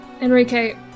Enrique